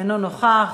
אינו נוכח,